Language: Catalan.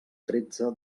tretze